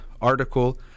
article